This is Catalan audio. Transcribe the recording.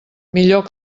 millor